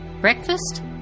Breakfast